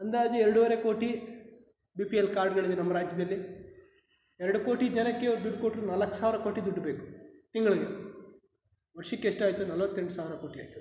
ಅಂದಾಜು ಎರಡೂವರೆ crore B P L ಕಾರ್ಡ್ಗಳಿದೆ ನಮ್ಮ ರಾಜ್ಯದಲ್ಲಿ ಎರಡು ಕೋಟಿ ಜನಕ್ಕೆ ಅವ್ರು ದುಡ್ಡು ಕೊಟ್ಟರೂ ನಾಲ್ಕು ಸಾವಿರ ಕೋಟಿ ದುಡ್ಡು ಬೇಕು ತಿಂಗಳಿಗೆ ವರ್ಷಕ್ಕೆ ಎಷ್ಟಾಯಿತು ನಲ್ವತ್ತೆಂಟು ಸಾವಿರ ಕೋಟಿ ಆಯಿತು